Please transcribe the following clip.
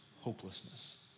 hopelessness